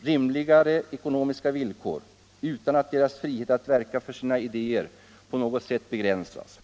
rimligare ekonomiska villkor utan att deras frihet att verka för sina idéer på något sätt begränsas?